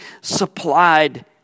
supplied